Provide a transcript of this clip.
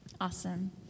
Awesome